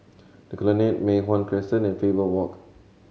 The Colonnade Mei Hwan Crescent and Faber Walk